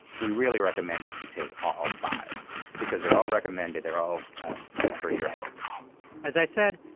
we really recommend that you take all five because they're all recommended. they're all good for your health as i said,